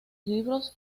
libros